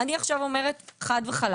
אני אומרת עכשיו חד וחלק